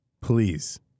please